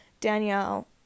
Danielle